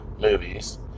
movies